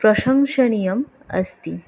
प्रशंसनीयम् अस्ति